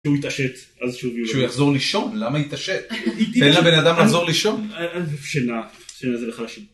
הוא יתעשת אז שהוא יחזור לישון למה יתעשת, תן לבן אדם לחזור לישון.